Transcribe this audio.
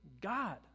God